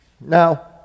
Now